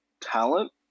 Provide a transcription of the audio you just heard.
talent